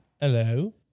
Hello